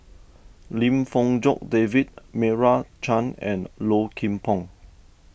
Lim Fong Jock David Meira Chand and Low Kim Pong